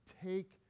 Take